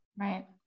Right